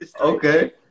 Okay